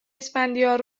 اسفندیار